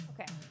Okay